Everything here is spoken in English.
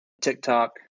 TikTok